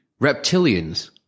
Reptilians